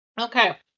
Okay